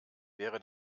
wäre